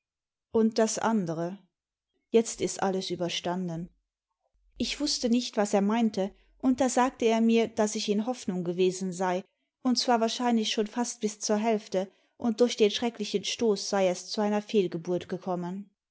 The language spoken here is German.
und das andere jetzt ist alles überstanden ich wußte nicht was er meinte und da sagte er mir daß ich in hoffnung gewesen sei und zwar wahrscheinlich schon fast bis zur hälfte und durch den schrecklichen stoß sei es zu einer fehlgeburt gekommen